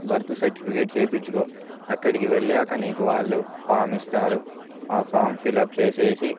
birth certificate చేయించుకో అక్కడికి వెళ్ళాక నీకు వాళ్ళు ఫామ్ ఇస్తారు ఆ ఫామ్ ఫిలప్ చేసేసి